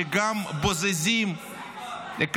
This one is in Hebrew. שגם בוזזים -- גם השרה להגנת הסביבה.